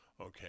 Okay